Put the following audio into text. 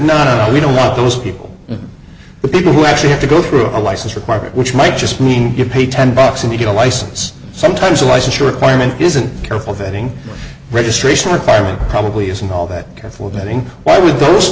no we don't want those people the people who actually have to go through a license requirement which might just mean you pay ten bucks and you get a license sometimes a license requirement isn't careful vetting registration requirement probably isn't all that